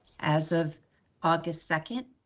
as of august second,